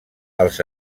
els